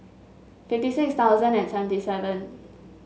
fifty six thousand and seventy seven